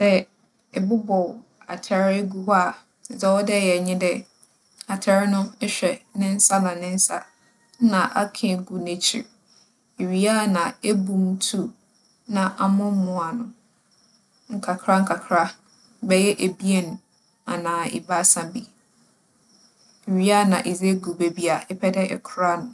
Sɛ ebobͻ atar egu hͻ a, dza ͻwͻ dɛ eyɛ nye dɛ; Atar no, ehwɛ ne nsa na ne nsa na aka egu n'ekyir. Iwie a na ebu mu 'two', na amoamoa no nkakrankakra bɛyɛ ebien anaa ebiasa bi. Iwie a na edze egu beebi a epɛ dɛ ekora no.